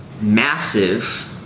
massive